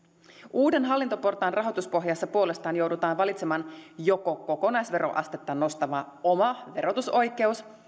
uuden hallintoportaan rahoituspohjassa puolestaan joudutaan valitsemaan joko kokonaisveroastetta nostava oma verotusoikeus